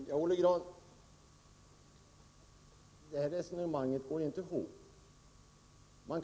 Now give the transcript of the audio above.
Herr talman! Det här resonemanget går inte ihop, Olle Grahn.